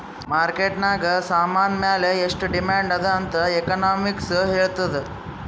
market ನಾಗ್ ಸಾಮಾನ್ ಮ್ಯಾಲ ಎಷ್ಟು ಡಿಮ್ಯಾಂಡ್ ಅದಾ ಅಂತ್ ಎಕನಾಮಿಕ್ಸ್ ಹೆಳ್ತುದ್